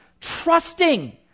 trusting